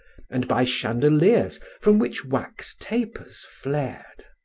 and by chandeliers from which wax tapers flared.